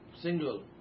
Single